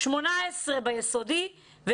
18 ביסודי,